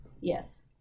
Yes